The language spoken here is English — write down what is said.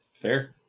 fair